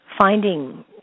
finding